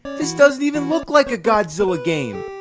this doesn't even look like a godzilla game!